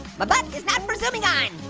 my butt is not for zooming on.